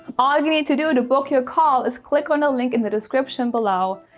ah you need to do to book. your call is click on a link in the description below,